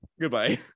Goodbye